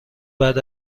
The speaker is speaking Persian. بعد